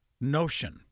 notion